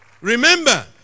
Remember